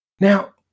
now